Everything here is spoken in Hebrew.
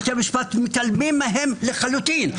בתי המשפט מתעלמים מהם לחלוטין.